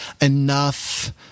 enough